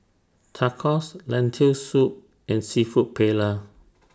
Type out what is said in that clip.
Tacos Lentil Soup and Seafood Paella